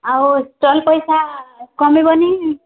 ଆଉ ଷ୍ଟଲ୍ ପଇସା କମିବ ନି